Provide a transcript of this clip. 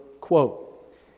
Quote